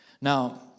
Now